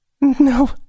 No